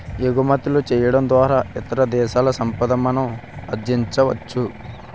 ఎగుమతులు చేయడం ద్వారా ఇతర దేశాల సంపాదన మనం ఆర్జించవచ్చు